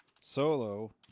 Solo